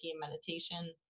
meditation